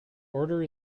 order